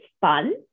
fun